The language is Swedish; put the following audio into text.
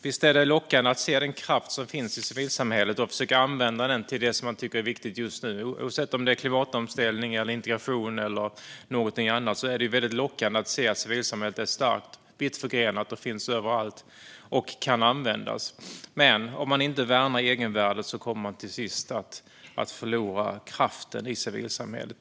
Visst är det lockande att se den kraft som finns i civilsamhället och försöka använda den till det som man tycker är viktigt just nu. Oavsett om det gäller klimatomställning, integration eller något annat är det väldigt lockande att se att civilsamhället är starkt, vitt förgrenat och finns överallt och kan användas. Men om man inte värnar egenvärdet kommer man till sist att förlora kraften i civilsamhället.